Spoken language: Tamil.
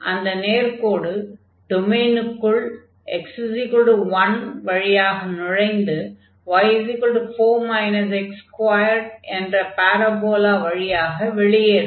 அந்த நேர்க்கோடு டொமைனுக்குள் x1 வழியாக நுழைந்து y 4 x2 என்ற பாரபோலா வழியாக வெளியேறும்